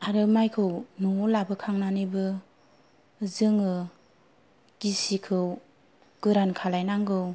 आरो माइखौ न'आव लाबोखांनानैबाबो जोङो गिसिखौ गोरान खालायनांगौ